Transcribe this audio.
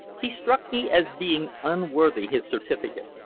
he struck me as being unworthy his certificate,